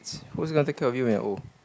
who's gonna take care of you when you are old